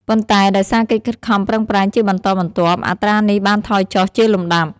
ប៉ុន្តែដោយសារកិច្ចខិតខំប្រឹងប្រែងជាបន្តបន្ទាប់ អត្រានេះបានថយចុះជាលំដាប់។